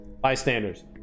Bystanders